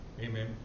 Amen